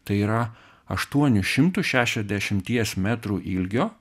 tai yra aštuonių šimtų šešiadešimties metrų ilgio